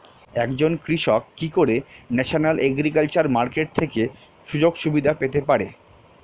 একজন কৃষক কি করে ন্যাশনাল এগ্রিকালচার মার্কেট থেকে সুযোগ সুবিধা পেতে পারে?